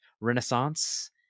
Renaissance